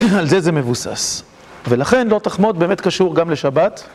על זה זה מבוסס. ולכן לא תחמוד באמת קשור גם לשבת